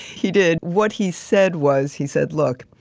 he did. what he said was, he said, look,